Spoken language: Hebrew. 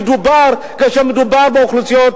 ידובר כאשר מדובר באוכלוסיות